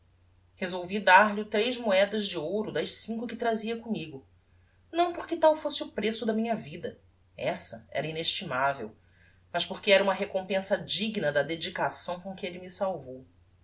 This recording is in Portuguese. resolvi dar lho tres moedas de ouro das cinco que trazia commigo não porque tal fosse o preço da minha vida essa era inestimavel mas por que era uma recompensa digna da dedicação com que elle me salvou